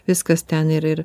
viskas ten ir ir